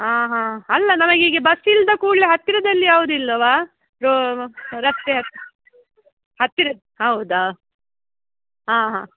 ಆಂ ಹಾಂ ಅಲ್ಲ ನಮಗೀಗ ಬಸ್ ಇಳಿದ ಕೂಡಲೇ ಹತ್ತಿರದಲ್ಲಿ ಯಾವ್ದೂ ಇಲ್ಲವಾ ರೋ ರಸ್ತೆ ಹತ್ತಿರ ಹೌದಾ ಆಂ ಹಾಂ